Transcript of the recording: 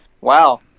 Wow